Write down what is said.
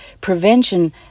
prevention